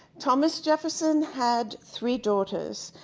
thomas jefferson had three daughters,